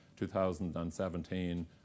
2017